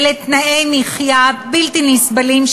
אלה תנאי מחיה בלתי נסבלים,